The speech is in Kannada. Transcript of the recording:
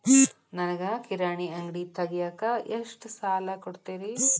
ನನಗ ಕಿರಾಣಿ ಅಂಗಡಿ ತಗಿಯಾಕ್ ಎಷ್ಟ ಸಾಲ ಕೊಡ್ತೇರಿ?